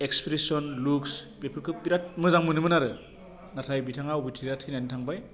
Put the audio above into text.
expression looks बेफोरखौ बिराद मोजां मोनोमोन आरो नाथाय बिथाङा अब'थिरा थैनानै थांबाय